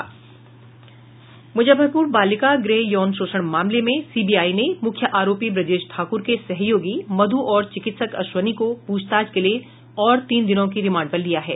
मूजफ्फरपूर बालिका गृह यौन शोषण मामले में सीबीआई ने मूख्य आरोपी ब्रजेश ठाकुर के सहयोगी मधु और चिकित्सक अश्विनी को पूछताछ के लिए और तीन दिनों की रिमांड पर लिया है